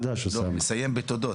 ואסיים בתודות.